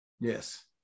yes